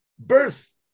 Birth